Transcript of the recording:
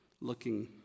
looking